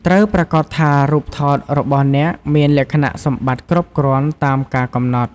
ត្រូវប្រាកដថារូបថតរបស់អ្នកមានលក្ខណៈសម្បត្តិគ្រប់គ្រាន់តាមការកំណត់។